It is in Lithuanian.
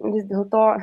vis dėlto